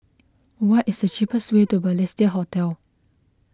what is the cheapest way to Balestier Hotel